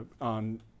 on